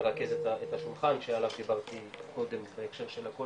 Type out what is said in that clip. מרכזת את השולחן שעליו דיברתי קודם בהקשר של הקול